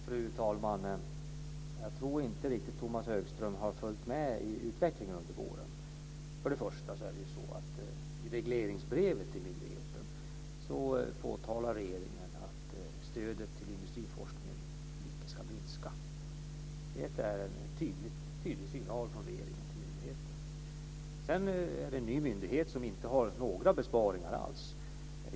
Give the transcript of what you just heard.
Fru talman! Jag tror inte att Tomas Högström riktigt har följt med i utvecklingen under våren. Först och främst är det så att regeringen i regleringsbrevet till myndigheten påtalar att stödet till industriforskningen icke ska minska. Det är en tydlig signal från regeringen till myndigheten. Sedan är det fråga om en ny myndighet som inte behöver göra några besparingar alls.